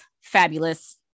fabulous